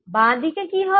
বাঁ দিকে কি হবে